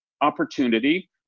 opportunity